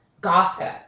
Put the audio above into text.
gossip